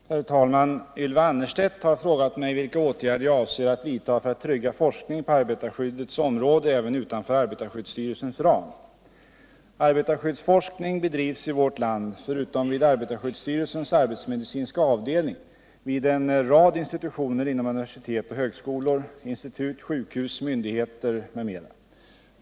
506, och anförde: Herr talman! Ylva Annerstedt har frågat mig vilka åtgärder jag avser att vidta för att trygga forskning på arbetarskyddets område även utanför derlig forskning ätbetarskyddsstyrelsens ram. på arbetarskyddets Arbetarskyddsforskning bedrivs i vårt land, förutom vid arbetarskyddsområde styrelsens arbetsmedicinska avdelning, vid en rad institutioner inom universitet och högskolor, institut, sjukhus, myndigheter m.m.